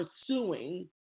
pursuing